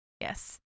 yes